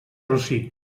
rossí